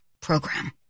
program